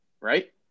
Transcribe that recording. right